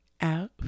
out